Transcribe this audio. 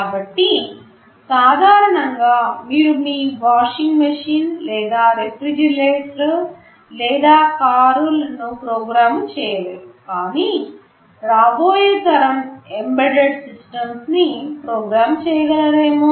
కాబట్టి సాధారణంగా మీరు మీ వాషింగ్ మెషీన్ లేదా రిఫ్రిజిరేటర్ లేదా కారు లను ప్రోగ్రామ్ చేయలేరు కానీ రాబోయేతరం ఎంబెడెడ్ సిస్టమ్స్ నీ ప్రోగ్రామ్ చేయగలరేమో